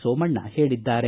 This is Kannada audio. ಸೋಮಣ್ಣ ಹೇಳದ್ದಾರೆ